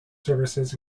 services